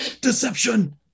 Deception